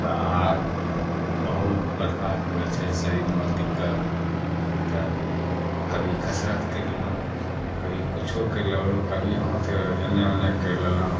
तऽ आ बहुत प्रकारके होइ छै शरीरमे दिक्कत तऽ कभी कसरत करि लेलहुॅं कभी किछो करि लेलहुॅं कभी हाथ इन्ने उन्ने करि लेलहुॅं